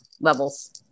levels